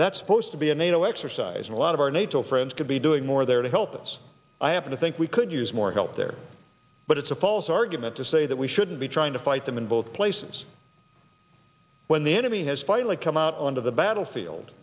that's supposed to be a nato exercise and a lot of our nato friends could be doing more there to help us i happen to think we could use more help there but it's a false argument to say that we shouldn't be trying to fight them in both places when the enemy has finally come out on to the battlefield